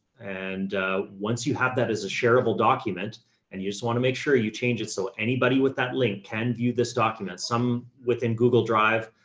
and once you have that as a shareable document and you just want to make sure you change it. so anybody with that link can view this document. some within google drive,